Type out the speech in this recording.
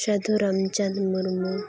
Sadhu Ramchand Murmu